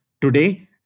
Today